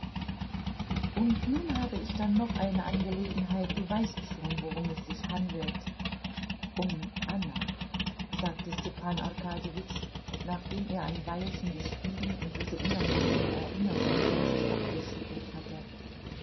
und nun habe ich da noch eine angelegenheit du weißt schon worum es sich handelt um anna sagte stepan arkadjewitsch nachdem er ein weilchen geschwiegen und diese unangenehme erinnerung von sich abgeschüttelt hatte